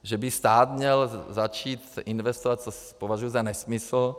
Že by stát měl začít investovat to považuji za nesmysl.